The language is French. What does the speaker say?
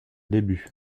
débuts